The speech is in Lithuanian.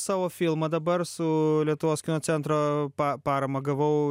savo filmą dabar su lietuvos kino centro paramą gavau